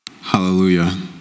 Hallelujah